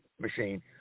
machine